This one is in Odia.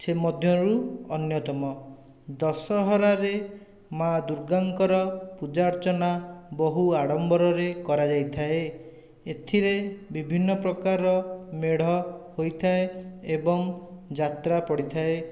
ସେମଧ୍ୟରୁ ଅନ୍ୟତମ ଦଶହରାରେ ମା' ଦୁର୍ଗାଙ୍କର ପୂଜା ଅର୍ଚ୍ଚନା ବହୁ ଆଡ଼ମ୍ବରରେ କରାଯାଇଥାଏ ଏଥିରେ ବିଭିନ୍ନ ପ୍ରକାରର ମେଢ଼ ହୋଇଥାଏ ଏବଂ ଯାତ୍ରା ପଡ଼ିଥାଏ